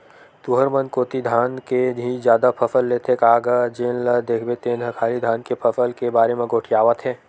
तुंहर मन कोती धान के ही जादा फसल लेथे का गा जेन ल देखबे तेन ह खाली धान के फसल के बारे म गोठियावत हे?